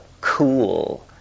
cool